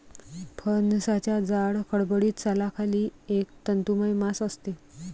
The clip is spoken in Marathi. फणसाच्या जाड, खडबडीत सालाखाली एक तंतुमय मांस असते